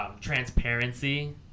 transparency